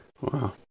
Wow